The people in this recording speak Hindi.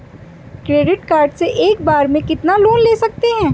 क्रेडिट कार्ड से एक बार में कितना लोन ले सकते हैं?